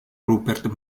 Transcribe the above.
rupert